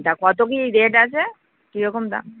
তা কত কী রেট আছে কীরকম দাম